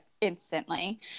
instantly